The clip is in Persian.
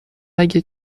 اگه